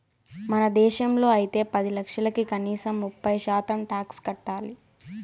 మన దేశంలో అయితే పది లక్షలకి కనీసం ముప్పై శాతం టాక్స్ కట్టాలి